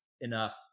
enough